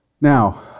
Now